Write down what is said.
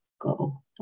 go